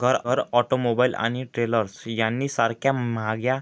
घर, ऑटोमोबाईल आणि ट्रेलर्स यानी सारख्या म्हाग्या